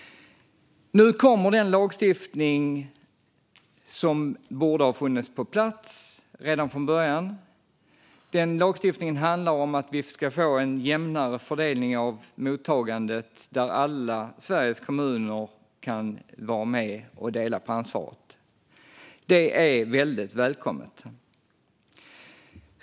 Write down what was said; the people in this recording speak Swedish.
Nu kommer den lagstiftning som borde ha funnits på plats redan från början. Den lagstiftningen handlar om en jämnare fördelning av mottagandet, där alla Sveriges kommuner kan vara med och dela på ansvaret. Det är väldigt välkommet.